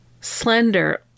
slender